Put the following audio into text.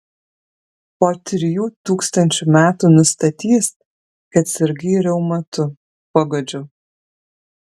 po trijų tūkstančių metų nustatys kad sirgai reumatu paguodžiau